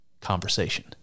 conversation